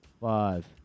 Five